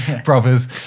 brothers